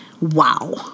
wow